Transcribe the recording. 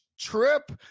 trip